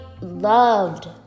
loved